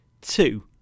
two